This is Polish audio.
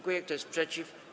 Kto jest przeciw?